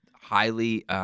highly—